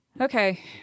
Okay